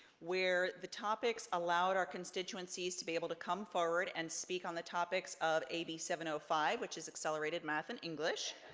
where the topics allowed our constituencies to be able to come forward and speak on the topics of a b seven zero ah five, which is accelerated math and english.